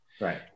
Right